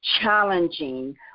challenging